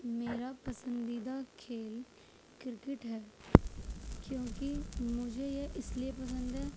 میرا پسندیدہ کھیل کرکٹ ہے کیونکہ مجھے یہ اس لیے پسند ہے